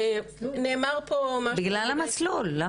נאמר פה משהו--- בגלל המסלול.